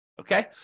Okay